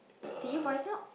did you voice out